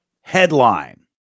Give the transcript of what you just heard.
headline